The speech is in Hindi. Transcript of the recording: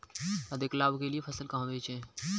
अधिक लाभ के लिए फसल कहाँ बेचें?